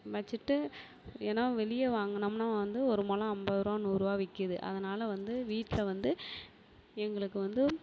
வச்சுட்டு ஏன்னா வெளிய வாங்குனோம்னா வந்து ஒரு முலம் ஐம்பதுருவா நூறுரூவா விற்கிது அதனால வந்து வீட்டில் வந்து எங்களுக்கு வந்து